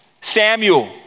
Samuel